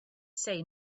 say